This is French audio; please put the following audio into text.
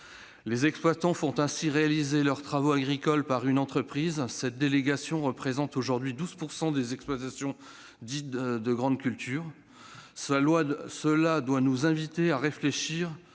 Les exploitants font ainsi réaliser leurs travaux agricoles par une entreprise. Cette délégation représente aujourd'hui 12 % des exploitations dites « de grandes cultures ». Cela doit nous inviter à réfléchir